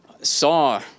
saw